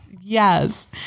Yes